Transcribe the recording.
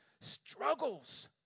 struggles